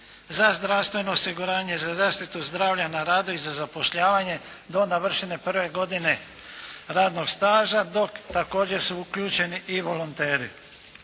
za zdravstveno osiguranje, za zaštitu zdravlja na radu i za zapošljavanje do navršene prve godine radnog staža dok također su uključeni i volonteri.